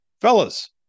Fellas